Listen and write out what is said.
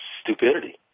stupidity